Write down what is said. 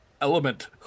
element